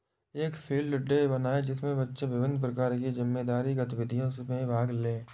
एक field day बनाएं जिसमें बच्चे विभिन्न प्रकार की मजेदार गतिविधियों में भाग लें